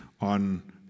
on